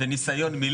-- וניסיון מילוט.